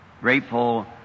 grateful